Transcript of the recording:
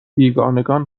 بیگانگان